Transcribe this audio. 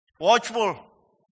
Watchful